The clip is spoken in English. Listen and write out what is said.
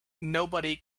nobody